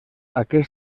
aquest